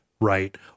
right